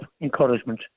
encouragement